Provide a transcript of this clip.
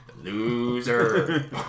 Loser